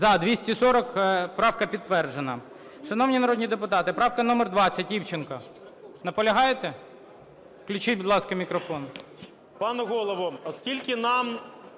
За-240 Правка підтверджена.